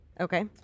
Okay